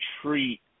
treat